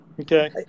okay